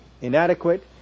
inadequate